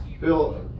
Bill